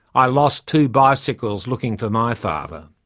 i lost two bicycles looking for my father.